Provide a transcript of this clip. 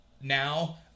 now